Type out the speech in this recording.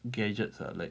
gadgets are like